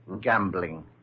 gambling